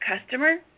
customer